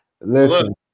Listen